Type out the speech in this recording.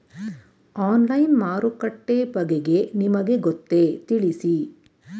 Online ಮಾರುಕಟ್ಟೆ ಬಗೆಗೆ ನಿಮಗೆ ಗೊತ್ತೇ? ತಿಳಿಸಿ?